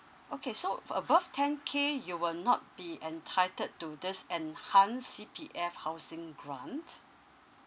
okay so above ten K you will not be entitled to this enhance C_P_F housing grant